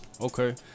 Okay